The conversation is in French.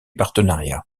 partenariat